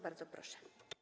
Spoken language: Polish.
Bardzo proszę.